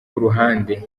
kuruhande